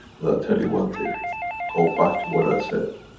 tell you one thing go back to what i've said.